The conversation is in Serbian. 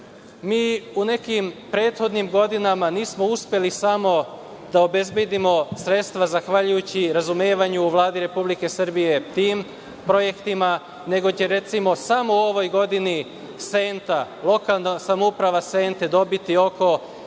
u nekim prethodnim godinama nismo uspeli samo da obezbedimo sredstva zahvaljujući razumevanju Vladi Republike Srbije tim projektima, nego će recimo, samo u ovoj godini Senta, lokalna samouprava Sente dobiti oko